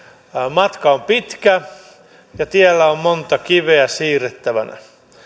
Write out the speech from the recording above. matka on pitkä ja tiellä on monta kiveä siirrettävänä